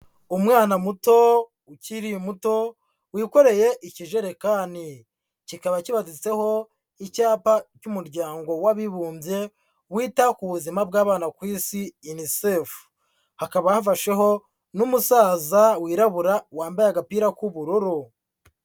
Umwana muto ukiri muto wikoreye ikijerekani, kikaba kibaditseho icyapa cy'umuryango w'abibumbye wita ku buzima bw'abana ku Isi Unicef, hakaba hafasheho n'umusaza wirabura wambaye agapira k'ubururu.